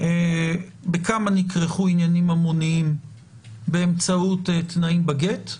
בכמה נכרכו עניינים ממוניים באמצעות עניינים בגט?